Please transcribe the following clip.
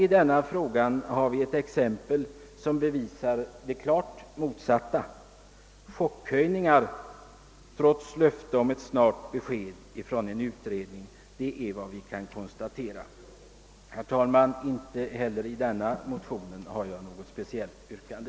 I denna fråga har vi ett exempel som bevisar det klart motsatta: chockhöjningar trots löfte om snabbt besked från en utredning! Det är vad vi kan konstatera. Herr talman! Inte heller beträffande denna motion har jag något speciellt yrkande.